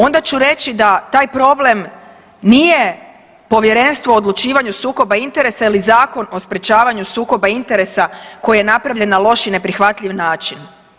Onda ću reći da taj problem nije Povjerenstvo o odlučivanju o sukobu interesa ili Zakon o sprječavanju sukoba interesa koji je napravljen na loš i neprihvatljiv način.